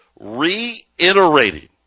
reiterating